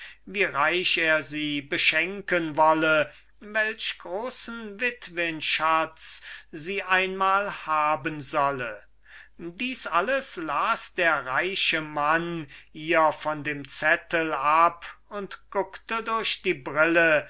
wie reich er sie beschenken wolle welch großen witwenschatz sie einmal haben solle dies alles las der reiche mann ihr von dem zettel ab und guckte durch die brille